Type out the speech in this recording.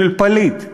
של פליט,